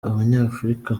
abanyafurika